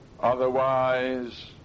Otherwise